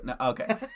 Okay